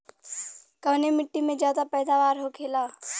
कवने मिट्टी में ज्यादा पैदावार होखेला?